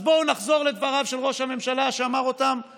אז בואו נחזור לדבריו של ראש הממשלה לפני